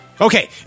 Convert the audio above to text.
Okay